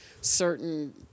certain